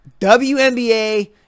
WNBA